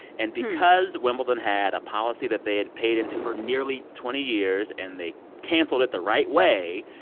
and because wimbledon had a policy that they had paid into for nearly twenty years and they canceled it the right way,